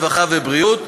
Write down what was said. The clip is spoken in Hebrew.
הרווחה והבריאות.